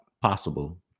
possible